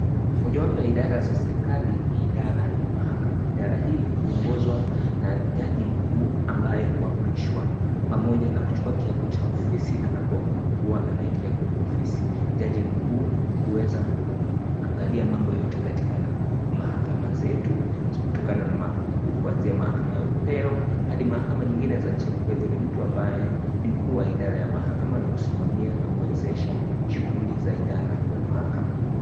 Mojawapo ya idara za serikali ni idara ya mahakama. Idara hii huongozwa na jaji mkuu ambaye huapishwa pamoja na kuchukua kiapo cha ofisi anapokuwa anaingia kwenye ofisi. Jaji mkuu, huweza kuangalia mambo yote katika mahakama zetu kuanzia mahakama ya upeo hadi mahakama nyingine za chini. Kwa hivyo ni mtu ambaye ni mkuu wa idara ya mahakama na husimamia na huwezesha shughuli za idara ya mahakama.